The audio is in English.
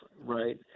right